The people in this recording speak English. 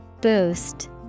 Boost